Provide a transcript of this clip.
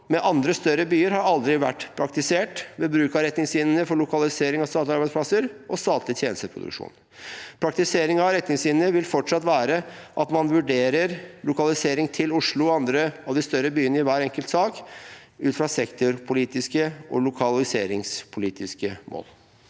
med andre større byar i Noreg har aldri vore praktisert ved bruk av retningslinjene for lokalisering av statlege arbeidsplassar og statleg tenesteproduksjon. Praktiseringa av retningslinjene vil framleis vere at ein vurderer lokalisering til Oslo og andre av dei større byane i kvar einskild sak, ut frå sektorpolitiske og lokaliseringspolitiske mål.»